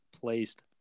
placed